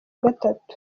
gatatu